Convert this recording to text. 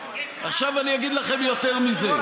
עכשיו אני אגיד לכם יותר מזה.